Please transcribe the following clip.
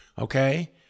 Okay